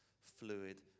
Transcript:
fluid